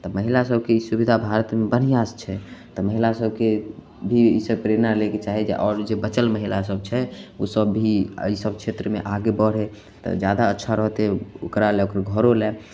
तऽ महिला सबके ई सुबिधा भारतमे बढ़िआँ से छै तऽ महिला सबके भी एहि से प्रेरणा लैके चाही आओर जे बचल महिला सब छै ओसब भी एहि सब छेत्रमे आगे बढ़े तऽ जादा अच्छा रहतै ओकरा लऽ घरो लऽ